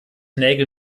nägel